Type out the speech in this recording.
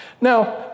Now